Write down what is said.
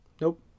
Nope